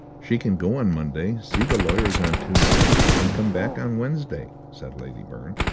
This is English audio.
she can go on monday, see the lawyers on tuesday, and come back on wednesday, said lady byrne.